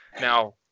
Now